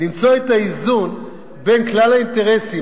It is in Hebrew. למצוא את האיזון בין כלל האינטרסים